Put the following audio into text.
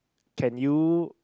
can you